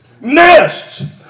Nests